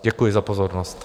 Děkuji za pozornost.